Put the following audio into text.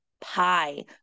pie